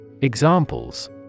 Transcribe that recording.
Examples